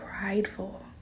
prideful